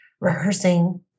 rehearsing